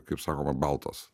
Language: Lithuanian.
kaip sakoma baltas